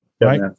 Right